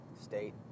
state